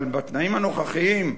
אבל בתנאים הנוכחיים,